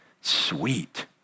sweet